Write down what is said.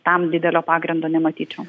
tam didelio pagrindo nematyčiau